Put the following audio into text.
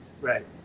Right